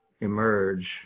emerge